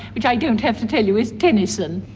which i don't have to tell you is tennyson.